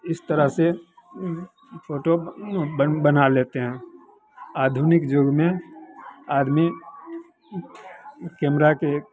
इस तरह से फोटो बन बना लेते हैं आधुनिक युग में आदमी कैमरा के